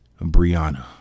Brianna